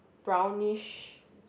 brownish